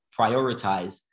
prioritize